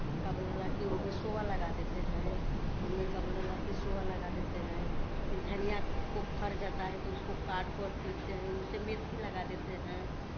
का बोलेला की उसमें सोवा लगा देते हैं उसमें का बोलेला कि सोवा लगा देते हैं फिर धनियाँ को फर जाता है तो उसको काटकर और पीटते हैं हम उसमें मेथी लगा देते हैं